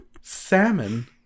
Salmon